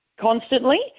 constantly